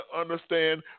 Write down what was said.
understand